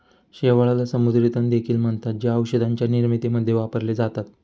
शेवाळाला समुद्री तण देखील म्हणतात, जे औषधांच्या निर्मितीमध्ये वापरले जातात